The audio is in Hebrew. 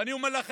ואני אומר לכם,